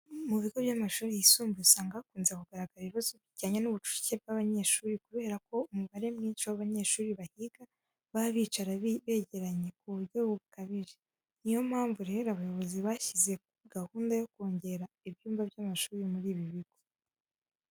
Mu bigo by'amashuri yisumbuye usanga hakunze kugaragara ibibazo bijyanye n'ubucucike bw'abanyeshuri kubera ko umubare mwinshi w'abanyeshuri bahiga baba bicara bigeranye ku buryo bukabije. Ni yo mpamvu rero abayobozi bashyizeho gahunda yo kongera ibyumba by'amashuri muri ibi bigo.